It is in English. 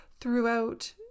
throughout